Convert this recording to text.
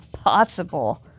possible